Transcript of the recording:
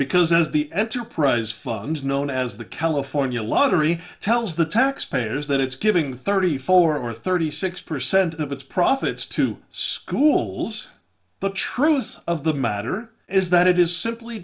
because as the enterprise fund known as the california lottery tells the taxpayers that it's giving thirty four or thirty six percent of its profits to schools the truth of the matter is that it is simply